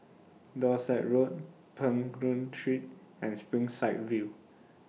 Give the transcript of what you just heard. Dorset Road Peng Nguan Street and Springside View